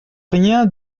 rien